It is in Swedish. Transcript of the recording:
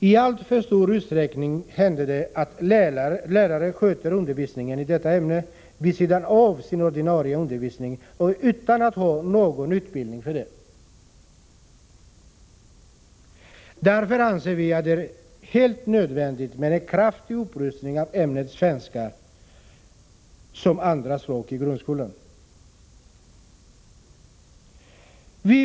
I alltför stor utsträckning händer det att lärare sköter undervisningen i detta ämne vid sidan av sin ordinarie undervisning och utan att ha någon utbildning för det. Därför anser vi det helt nödvändigt med en kraftig upprustning av ämnet svenska som andra språk i grundskolan.